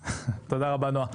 תודה רבה, נועה.